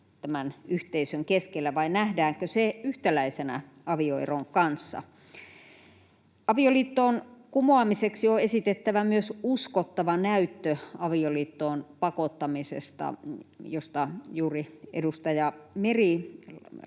tämän yhteisön keskellä vai nähdäänkö se yhtäläisenä avioeron kanssa. Avioliiton kumoamiseksi on esitettävä myös uskottava näyttö avioliittoon pakottamisesta, mistä juuri edustaja Meri,